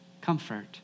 comfort